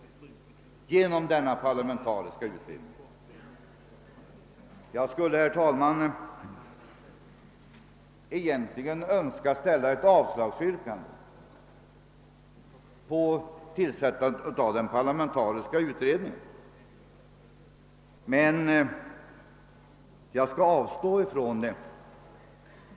Jag skulle, herr talman, egentligen önska ställa ett avslagsyrkande beträffande tillsättandet av en parlamentarisk utredning, men jag skall avstå från det.